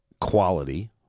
quality